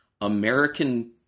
American